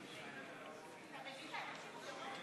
נקשיב לשר.